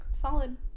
solid